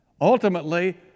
Ultimately